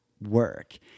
work